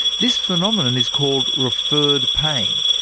this phenomenon is called referred pain.